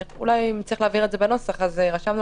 אולי אם צריך להבהיר בנוסח רשמנו